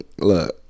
Look